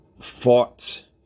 fought